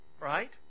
right